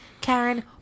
Karen